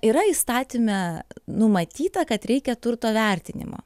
yra įstatyme numatyta kad reikia turto vertinimo